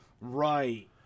Right